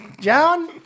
John